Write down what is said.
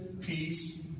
peace